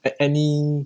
at any